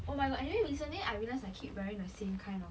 oh my god anyway recently I realise I keep wearing the same kind of